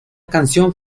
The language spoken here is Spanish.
canción